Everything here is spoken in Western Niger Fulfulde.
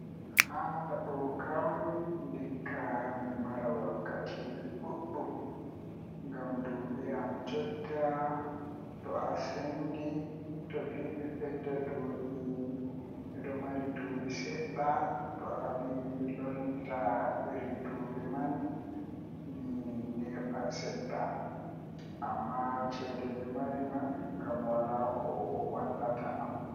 Haa ɗo kam ndikka mi mara wakkati ɗuɗɗum ngam duuɓi am jotta to asendi tovi mi ɓedda ɗuuɓi miɗo mari duuɓi seɗɗa to avi mi lornita irin duuɓi man mi neeɓan seɗɗa amma ceede mi mari man ngam Wala ko wannata mi